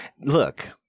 Look